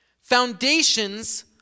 Foundations